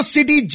City